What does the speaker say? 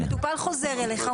המטופל חוזר אליך,